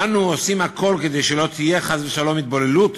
אנו עושים הכול כדי שלא תהיה, חס ושלום, התבוללות